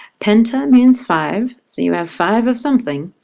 penta means five, so you have five of something.